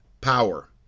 power